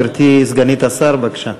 גברתי סגנית השר, בבקשה.